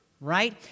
right